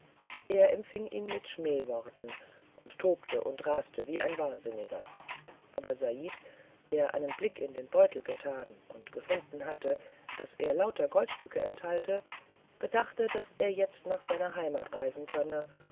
er empfing ihn mit schmähworten und tobte und raste wie ein wahnsinniger aber said der einen blick in den beutel getan und gefunden hatte daß er lauter goldstücke enthalte bedachte daß er jetzt nach seiner heimat reisen könne